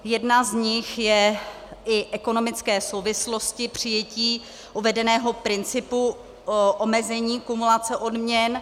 Jedna z nich jsou i ekonomické souvislosti přijetí uvedeného principu omezení kumulace odměn.